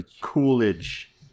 Coolidge